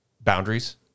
boundaries